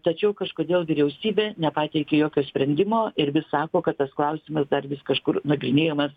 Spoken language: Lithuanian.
tačiau kažkodėl vyriausybė nepateikė jokio sprendimo ir vis sako kad tas klausimas dar vis kažkur nagrinėjamas